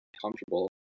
comfortable